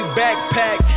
backpack